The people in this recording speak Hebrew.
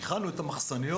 הכנו את המחסניות,